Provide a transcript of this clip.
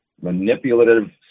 manipulative